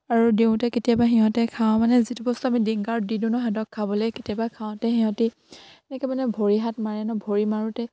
আৰু দিওঁতে কেতিয়াবা সিহঁতে খাওঁ মানে যিটো বস্তু আমি ডিংগাৰত দি দিওঁ নহয় খাবলে কেতিয়াবা খাওঁতে সিহঁতি এনেকে মানে ভৰি হাত মাৰে ন ভৰি মাৰোঁতে